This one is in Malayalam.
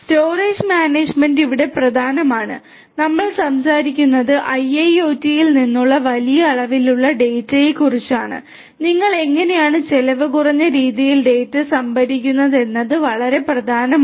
സ്റ്റോറേജ് മാനേജ്മെന്റ് ഇവിടെ പ്രധാനമാണ് നമ്മൾ സംസാരിക്കുന്നത് IIoT ൽ നിന്നുള്ള വലിയ അളവിലുള്ള ഡാറ്റയെക്കുറിച്ചാണ് നിങ്ങൾ എങ്ങനെയാണ് ചെലവ് കുറഞ്ഞ രീതിയിൽ ഡാറ്റ സംഭരിക്കുന്നത് എന്നത് വളരെ പ്രധാനമാണ്